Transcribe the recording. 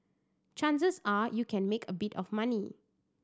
chances are you can make a bit of money